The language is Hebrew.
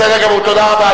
בסדר גמור, תודה רבה.